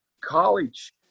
college